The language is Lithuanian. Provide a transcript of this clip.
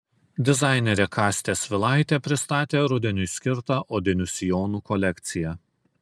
dizainerė kastė svilaitė pristatė rudeniui skirtą odinių sijonų kolekciją